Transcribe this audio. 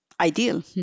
ideal